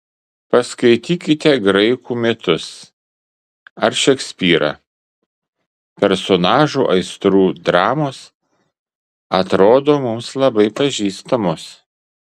paskaitykite graikų mitus ar šekspyrą personažų aistrų dramos atrodo mums labai pažįstamos